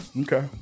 Okay